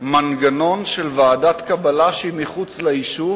מנגנון של ועדת קבלה שהיא מחוץ ליישוב